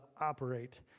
operate